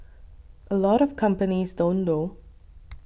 a lot of companies don't though